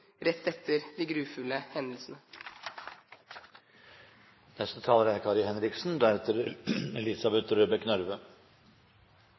rett etter de grufulle hendelsene. Denne debatten er